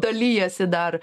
dalijasi dar